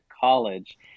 college